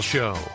Show